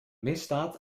misdaad